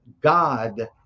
God